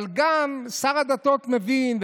גם שר הדתות מבין,